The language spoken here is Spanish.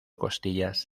costillas